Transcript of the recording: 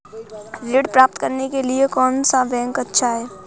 ऋण प्राप्त करने के लिए कौन सा बैंक अच्छा है?